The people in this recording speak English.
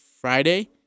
Friday